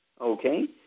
Okay